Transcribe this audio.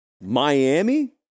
Miami